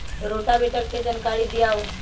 Rotavator के जानकारी दिआउ?